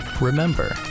remember